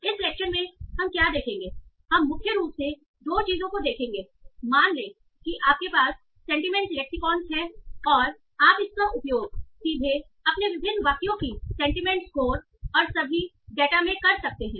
इस लेक्चर में हम क्या देखेंगे हम मुख्य रूप से दो चीजों को देखेंगे मान लें कि आपके पास सेंटीमेंट लेक्सिकोंस हैं और आप इसका उपयोग सीधे अपने विभिन्न वाक्यों की सेंटीमेंट स्कोर और सभी डेटा में कर सकते हैं